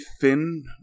thin